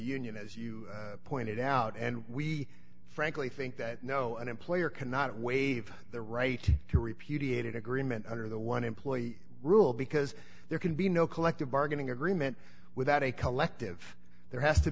union as you pointed out and we frankly think that no an employer cannot wave the right to repudiated agreement under the one employee rule because there can be no collective bargaining agreement without a collective there has to